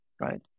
right